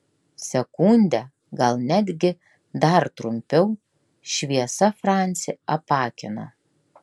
sekundę gal netgi dar trumpiau šviesa francį apakino